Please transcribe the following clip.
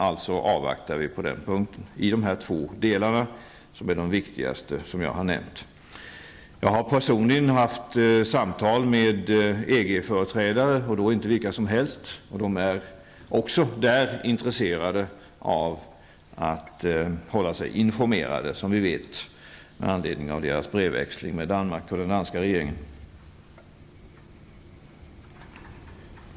Vi avvaktar alltså på den punkten. Jag har personligen haft samtal med EG företrädare, och inte vilka som helst, och de är också intresserade av att hålla sig informerade. Det vet vi också av deras brevväxling med den danska regeringen.